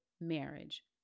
marriage